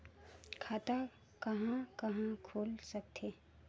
खाता कहा कहा खुल सकथे?